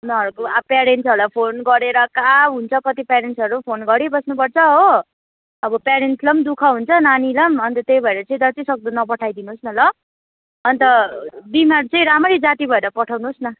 उनीहरूको अब प्यारेन्ट्सहरूलाई फोन गरेर कहाँ हुन्छ कति प्यारेन्ट्सहरू फोन गरिबस्नु पर्छ हो अब प्यारेन्ट्सलाई पनि दुःख हुन्छ नानीलाई पनि अन्त त्यही भएर चाहिँ जतिसक्दो नपठाइदिनुहोस् न ल अन्त बिमार चाहिँ रामरी जाती भएर पठाउनुहोस् न